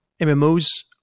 MMOs